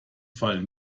fall